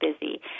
busy